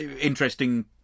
interesting